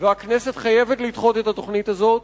הכנסת חייבת לדחות את התוכנית הזאת.